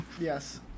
yes